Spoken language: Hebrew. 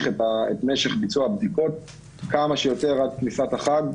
את משך ביצוע הבדיקות כמה שיותר עד כניסת החג,